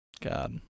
God